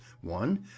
one